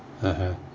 (uh huh)